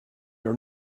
your